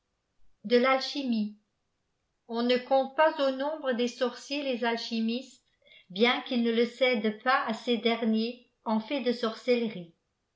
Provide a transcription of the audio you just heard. de l'alchimie s on ne compte ps au nombre des sorciers les alchimistes bien qu'ils ne le cèdent pas à ces derniers en fait de sorcellerie